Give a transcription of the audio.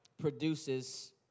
produces